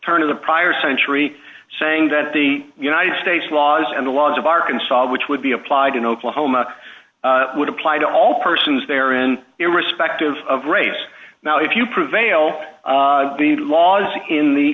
turn of the prior century saying that the united states laws and the laws of arkansas which would be applied in oklahoma would apply to all persons there in your respective of race now if you prevail the laws in the